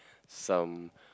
some